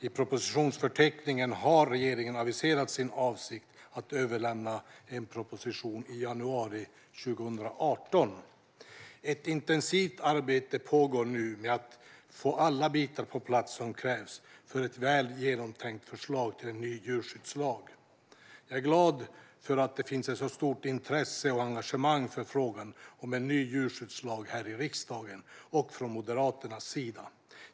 I propositionsförteckningen har regeringen aviserat sin avsikt att överlämna en proposition i januari 2018. Ett intensivt arbete pågår nu med att få på plats alla bitar som krävs för ett väl genomtänkt förslag till en ny djurskyddslag. Jag är glad att det finns ett stort intresse och engagemang för frågan om en ny djurskyddslag här i riksdagen och hos Moderaterna.